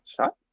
shot